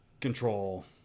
control